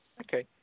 Okay